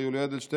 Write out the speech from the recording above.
מר יולי אדלשטיין.